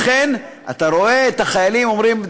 לכן אתה רואה את החיילים אומרים,